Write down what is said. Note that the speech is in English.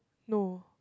no